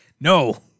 no